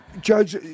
Judge